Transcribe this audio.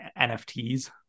NFTs